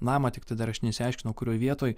namą tiktai dar aš nesiaiškinau kurioj vietoj